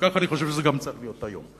וכך אני חושב שזה צריך להיות גם היום.